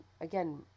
again